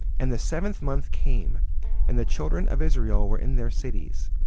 and the seventh month came and the children of israel were in their cities.